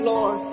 Lord